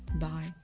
Bye